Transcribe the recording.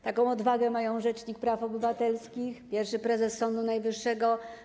Taką odwagę mają rzecznik praw obywatelskich i pierwszy prezes Sądu Najwyższego.